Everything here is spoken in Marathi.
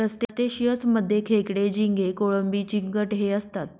क्रस्टेशियंस मध्ये खेकडे, झिंगे, कोळंबी, चिंगट हे असतात